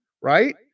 right